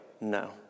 no